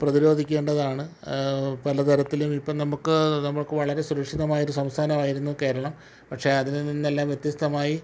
പ്രതിരോധിക്കേണ്ടതാണ് പലതരത്തിലും ഇപ്പം നമുക്ക് നമ്മൾക്ക് വളരെ സുരക്ഷിതമായൊരു സംസ്ഥാനമായിരുന്നു കേരളം പക്ഷേ അതിന് നിന്നെല്ലാം വ്യത്യസ്തമായി